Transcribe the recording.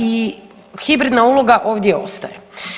I hibridna uloga ovdje ostaje.